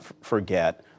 forget